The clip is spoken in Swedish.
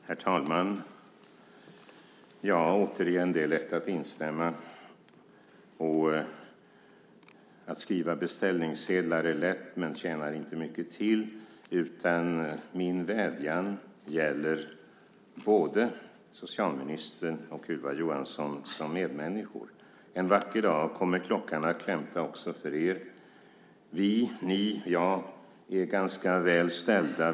Herr talman! Återigen: Det är lätt att instämma. Att skriva beställningssedlar är lätt men tjänar inte mycket till. Min vädjan gäller både socialministern och Ylva Johansson som medmänniskor. En vacker dag kommer klockan att klämta också för er. Vi, ni och jag, har det ganska väl ställt.